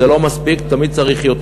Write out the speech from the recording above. זה לא מספיק, תמיד צריך יותר.